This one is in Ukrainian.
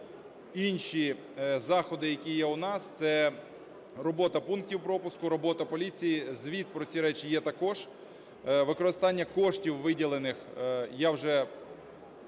інші заходи, які є у нас - це робота пунктів пропуску, робота поліції, - звіт про ці речі є також. Використання коштів виділених,